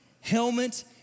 helmet